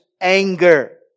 anger